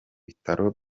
bitaro